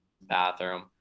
bathroom